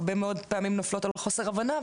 הרגישויות הרבה מאוד פעמים נופלות על חוסר הבנה,